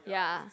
yeah